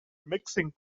mixing